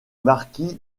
marquis